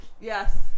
Yes